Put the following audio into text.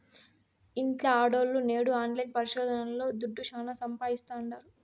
ఇంట్ల ఆడోల్లు నేడు ఆన్లైన్ పరిశోదనల్తో దుడ్డు శానా సంపాయిస్తాండారు